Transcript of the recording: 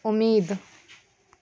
उम्मीद